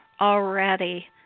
already